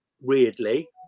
weirdly